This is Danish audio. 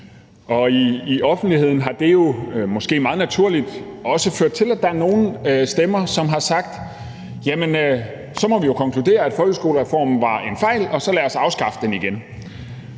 I offentligheden har det måske meget naturligt også ført til, at der er nogle, som har sagt: Jamen så må vi jo konkludere, at folkeskolereformen var en fejl, så lad os afskaffe den igen.